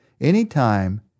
Anytime